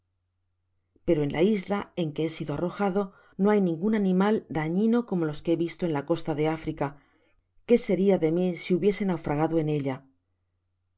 pero en la isla en que he sido arrojado no hay ningun animal dañino como los que he visto en la costa de africa qué seria de mi s l hubiese naufragada en eltel